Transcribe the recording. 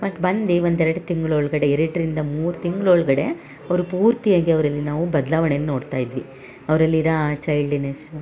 ಮತ್ತು ಬಂದು ಒಂದು ಎರಡು ತಿಂಗ್ಳ ಒಳಗಡೆ ಎರಡರಿಂದ ಮೂರು ತಿಂಗ್ಳ ಒಳಗಡೆ ಅವರು ಪೂರ್ತಿಯಾಗಿ ಅವರಲ್ಲಿ ನಾವು ಬದ್ಲಾವಣೆನ ನೋಡ್ತಾ ಇದ್ವಿ ಅವ್ರಲ್ಲಿ ಇರೋ ಚೈಲ್ಡಿನೆಸ್ಸು